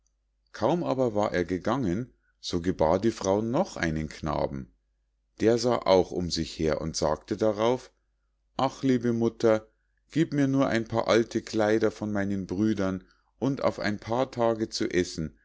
kaum aber war er gegangen so gebar die frau noch einen knaben der sah auch um sich her und sagte darauf ach liebe mutter gieb mir nur ein paar alte kleider von meinen brüdern und auf ein paar tage zu essen